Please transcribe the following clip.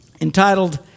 entitled